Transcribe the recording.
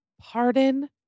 Pardon